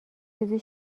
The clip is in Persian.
چیزی